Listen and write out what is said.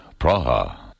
Praha